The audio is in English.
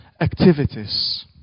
Activities